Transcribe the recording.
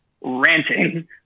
ranting